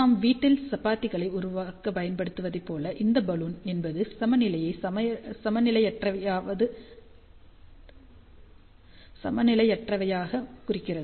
நாம் வீட்டில் சப்பாத்திகளை உருவாக்கப் பயன்படுத்துவதைப் போல இந்த பலூன் என்பது சமநிலையை சமநிலையற்றவையாவதைக் குறிக்கிறது